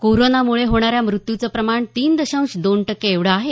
corona मुळे होणाऱ्या मृत्यूचे प्रमाण तीन दशांश दोन टक्के एवढं आहे